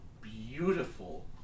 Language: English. beautiful